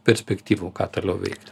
perspektyvų ką toliau veikt